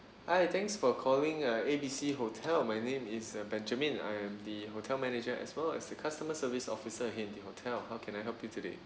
hi thanks for calling uh A B C hotel my name is uh benjamin I am the hotel manager as well as the customer service officer in the hotel how can I help you today